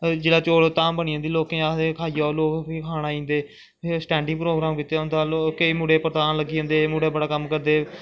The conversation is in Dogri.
जिसलै चौल धाम बनी जंदी लोकें गी आखदे खआई आओ लोग बी खाई जंदे स्टैंडिंग प्रोग्रम कीते दा होंदा केंई मुड़े पड़कान लगी पौंदे मुड़े बड़ा कम्म करदे